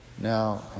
now